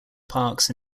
parks